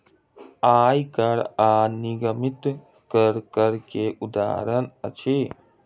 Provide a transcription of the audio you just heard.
आय कर आ निगमित कर, कर के उदाहरण अछि